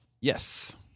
Yes